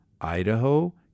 Idaho